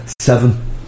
seven